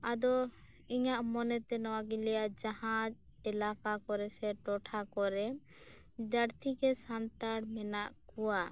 ᱟᱫᱚ ᱤᱧᱟᱹᱜ ᱢᱚᱱᱮᱛᱮ ᱱᱚᱣᱟᱜᱤᱧ ᱞᱟᱹᱭᱟ ᱡᱟᱦᱟᱸ ᱮᱞᱟᱠᱟ ᱠᱚᱨᱮ ᱥᱮ ᱴᱚᱴᱷᱟ ᱠᱚᱨᱮ ᱡᱟᱹᱛᱥᱤᱜᱮ ᱥᱟᱱᱛᱟᱲ ᱢᱮᱱᱟᱜ ᱠᱚᱣᱟ